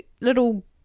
little